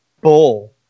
bull